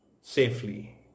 safely